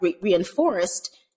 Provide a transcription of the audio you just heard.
reinforced